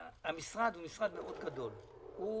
משרד הפנים הוא משרד גדול מאוד,